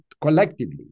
collectively